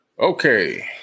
okay